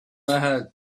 ahead